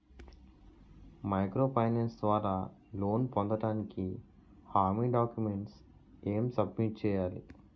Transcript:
Micro finance ద్వారా loan పొందటానికి హామీ డాక్యుమెంట్స్ ఎం సబ్మిట్ చేయాలి?